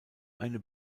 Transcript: eine